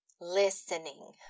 listening